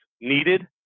needed